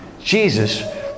Jesus